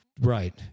Right